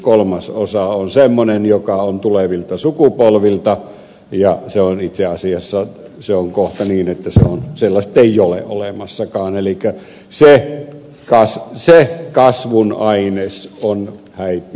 vuositaseella kolmasosa on semmoista joka on tulevilta sukupolvilta ja se on itse asiassa kohta niin että sellaista ei ole olemassakaan elikkä se kasvun aines on häipyvä pois